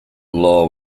law